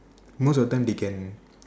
most of the time they can